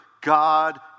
God